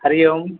Hari Om